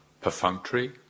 perfunctory